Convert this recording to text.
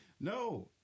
No